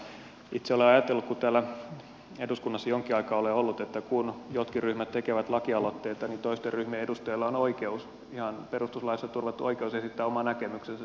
itse olen ajatellut kun täällä eduskunnassa jonkin aikaa olen ollut että kun jotkin ryhmät tekevät lakialoitteita niin toisten ryhmien edustajilla on oikeus ihan perustuslaissa turvattu oikeus esittää oma näkemyksensä siitä lakialoitteesta